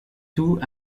tout